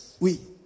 oui